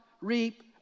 reap